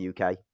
UK